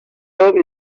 hope